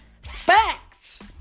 Facts